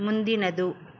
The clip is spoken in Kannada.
ಮುಂದಿನದು